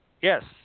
Yes